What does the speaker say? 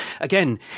again